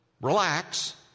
Relax